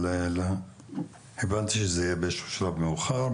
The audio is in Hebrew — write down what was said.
אבל הבנתי שזה יהיה באיזה שהוא שלב מאוחר,